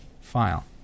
file